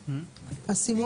עכשיו,